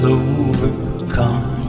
overcome